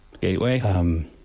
Gateway